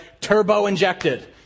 Turbo-injected